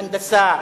הנדסה,